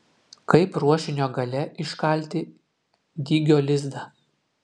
kaip ruošinio gale iškalti dygio lizdą